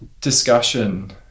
discussion